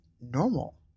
normal